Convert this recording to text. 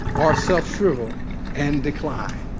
ourself shrivel and decline.